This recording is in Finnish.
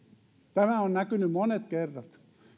tämä on näkynyt monet kerrat